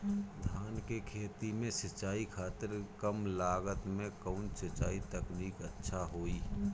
धान के खेती में सिंचाई खातिर कम लागत में कउन सिंचाई तकनीक अच्छा होई?